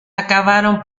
acabaron